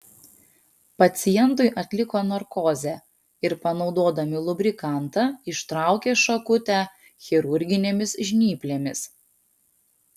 pacientui atliko narkozę ir panaudodami lubrikantą ištraukė šakutę chirurginėmis žnyplėmis